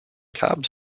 cabs